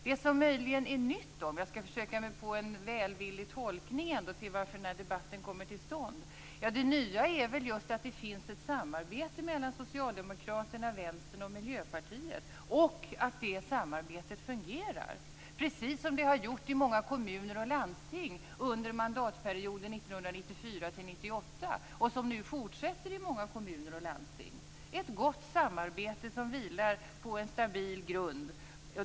Det som möjligen är nytt, om jag skall försöka mig på en välvillig tolkning av varför debatten kommer till stånd, är just att det finns ett samarbete mellan Socialdemokraterna, Vänstern och Miljöpartiet och att det samarbetet fungerar. Det har det också gjort i många kommuner och landsting under mandatperioden 1994-1998, och det fortsätter nu i många kommuner och landsting. Det är ett gott samarbete, som vilar på en stabil grund.